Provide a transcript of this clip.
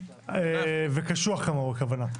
קשוח כמוהו הכוונה.